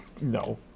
No